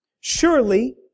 Surely